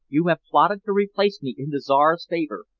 you have plotted to replace me in the czar's favor.